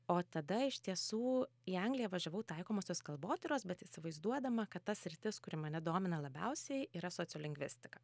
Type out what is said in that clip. o tada iš tiesų į angliją važiavau taikomosios kalbotyros bet įsivaizduodama kad ta sritis kuri mane domina labiausiai yra sociolingvistika